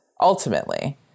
ultimately